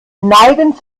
neigen